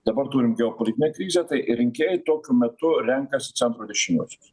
dabar turim geopolitinę krizę tai ir rinkėjai tokiu metu renkasi centro dešiniuosius